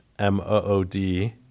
m-o-o-d